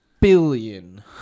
billion